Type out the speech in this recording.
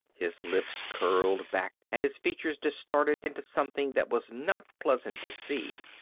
his lips curled back and his features distorted into something that was not pleasant to see.